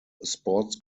sports